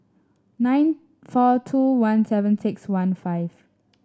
nine four two one seven six one five